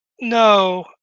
No